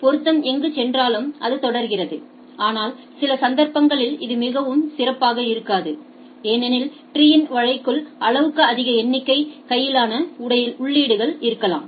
எனவே பொருத்தம் எங்கு சென்றாலும் அது தொடர்கிறது ஆனால் சில சந்தர்ப்பங்களில் இது மிகவும் சிறப்பாக இருக்காது ஏனெனில் மரத்தை வளைக்கும் அளவுக்கு அதிக எண்ணிக்கையிலான உள்ளீடுகள் இருக்கலாம்